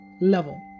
level